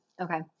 Okay